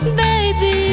baby